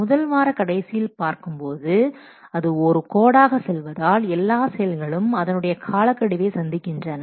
முதல் வாரக் கடைசியில் பார்க்கும் போது அது ஒரு கோடாக செல்வதால் எல்லா செயல்களும் அதனுடைய காலக்கெடுவை சந்திக்கின்றன